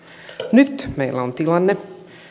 nyt meillä on tilanne